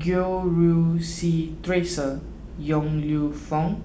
Goh Rui Si theresa Yong Lew Foong